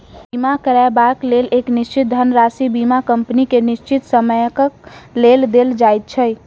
बीमा करयबाक लेल एक निश्चित धनराशि बीमा कम्पनी के निश्चित समयक लेल देल जाइत छै